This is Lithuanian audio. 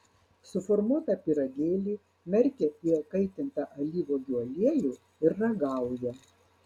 suformuotą pyragėlį merkia į įkaitintą alyvuogių aliejų ir ragauja